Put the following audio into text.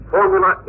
Formula